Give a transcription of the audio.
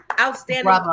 outstanding